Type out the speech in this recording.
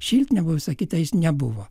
šiltinė buvo visa kita jis nebuvo